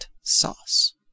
sauce